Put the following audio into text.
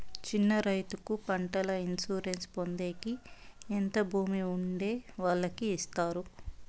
చిన్న రైతుకు పంటల ఇన్సూరెన్సు పొందేకి ఎంత భూమి ఉండే వాళ్ళకి ఇస్తారు?